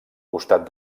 costat